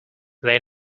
they